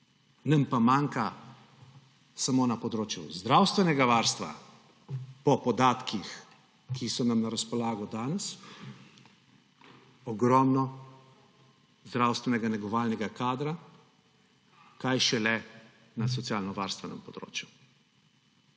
Nam pa manjka samo na področju zdravstvenega varstva po podatkih, ki so nam na razpolago danes, ogromno zdravstvenega negovalnega kadra, kaj šele na socialnovarstvenem področju.